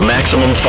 Maximum